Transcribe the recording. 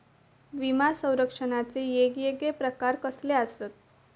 विमा सौरक्षणाचे येगयेगळे प्रकार कसले आसत?